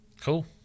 cool